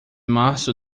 março